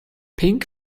pink